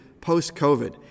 post-COVID